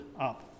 up